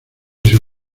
sus